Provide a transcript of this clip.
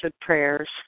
prayers